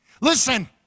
Listen